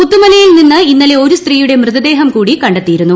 പുത്തുമലയിൽ നിന്ന് ഇന്നലെ ഒരു സ്ത്രീയുടെ മൃതദേഹം കണ്ടെത്തിയിരുന്നു